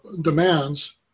demands